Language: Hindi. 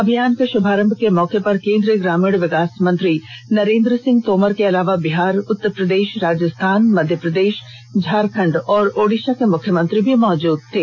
अभियान के शुभारंभ के मौके पर केंद्रीय ग्रामीण विकास मंत्री नरेंद्र सिंह तोमर के अलावा बिहार उत्तर प्रदेश राजस्थान मध्य प्रदेश झारखंड और ओडीसा के मुख्यमंत्री भी मौजूद थे